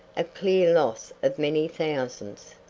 a clear loss of many thousands.